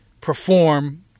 perform